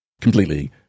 Completely